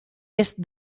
est